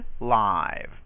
live